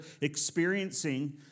experiencing